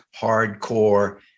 hardcore